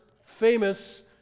famous